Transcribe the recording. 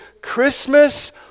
Christmas